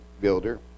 builder